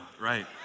right